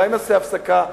אולי נעשה הפסקה?